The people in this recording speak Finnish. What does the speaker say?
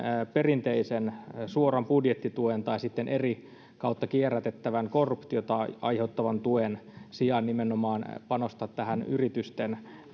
perinteisen suoran budjettituen tai sitten eri kautta kierrätettävän korruptiota aiheuttavan tuen sijaan nimenomaan panostaa tähän yritysten